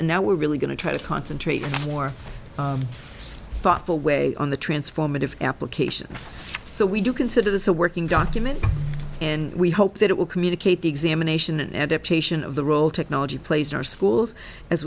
and now we're really going to try to concentrate more thoughtful way on the transformative application so we do consider this a working doctor and we hope that it will communicate the examination and adaptation of the role technology plays in our schools as